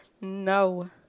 no